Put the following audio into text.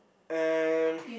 and